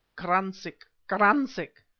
kransick! kransick!